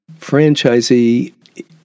franchisee